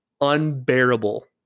unbearable